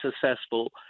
successful